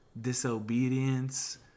disobedience